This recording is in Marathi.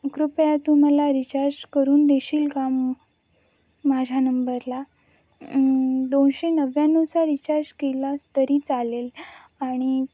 कृपया तू मला रिचार्ज करून देशील का माझ्या नंबरला दोनशे नव्याण्णवचा रिचार्ज केलास तरी चालेल आणि